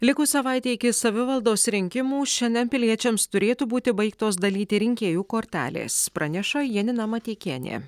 likus savaitei iki savivaldos rinkimų šiandien piliečiams turėtų būti baigtos dalyti rinkėjų kortelės praneša janina mateikienė